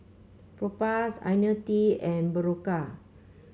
Propass IoniL T and Berocca